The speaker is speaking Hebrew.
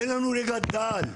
אין לנו רגע דל.